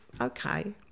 okay